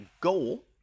goal